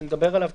שעליו נדבר תיכף,